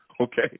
okay